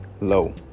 low